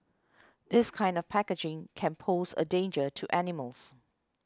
this kind of packaging can pose a danger to animals